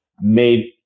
made